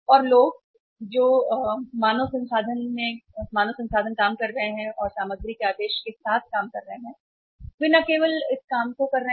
और लोग जो मानव संसाधन काम कर रहे हैं और सामग्री के आदेश के साथ काम कर रहे हैं वे न केवल इस काम को कर रहे हैं